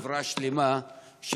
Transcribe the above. חברה שלמה.